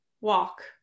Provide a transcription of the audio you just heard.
walk